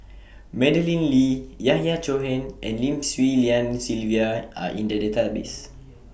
Madeleine Lee Yahya Cohen and Lim Swee Lian Sylvia Are in The Database